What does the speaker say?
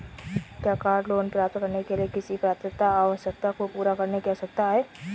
क्या car loan प्राप्त करने के लिए किसी पात्रता आवश्यकता को पूरा करने की आवश्यकता है?